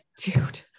dude